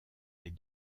les